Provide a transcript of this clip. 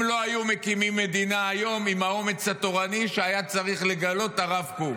הם לא היו מקימים מדינה היום עם האומץ התורני שהיה צריך לגלות הרב קוק,